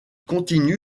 continue